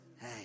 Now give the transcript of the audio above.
Hey